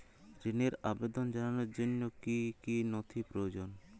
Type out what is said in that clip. ঋনের আবেদন জানানোর জন্য কী কী নথি প্রয়োজন?